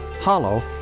Hollow